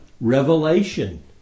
revelation